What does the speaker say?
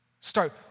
Start